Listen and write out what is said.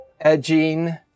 Edging